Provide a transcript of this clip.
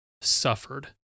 suffered